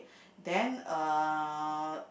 then uh